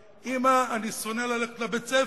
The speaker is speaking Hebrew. אמא, אני שונא ללכת לבית-הספר,